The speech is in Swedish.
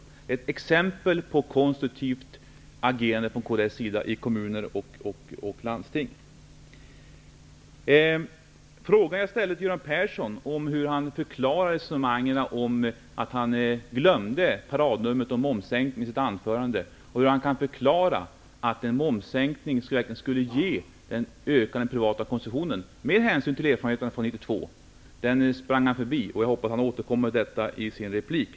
Det är ett exempel på konstruktivt agerande från kds sida i kommuner och landsting. Jag frågade Göran Persson hur han förklarar att han glömde paradnumret om momssänkningen i sitt anförande och hur han förklarar att en momssänkning verkligen skulle ge en ökad privat konsumtion, med hänsyn till erfarenheterna från 1992. Dessa frågor sprang han förbi. Jag hoppas att han återkommer till dem i sin replik.